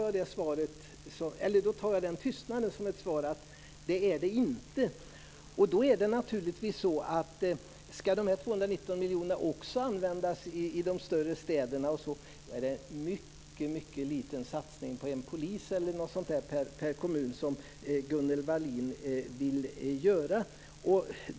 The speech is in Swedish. Jag uppfattar tystnaden som ett besked om att så inte är fallet. Ska de här 219 miljonerna användas också t.ex. i de större städerna blir det en mycket liten satsning, ungefär en polis per kommun, som Gunnel Wallin vill göra.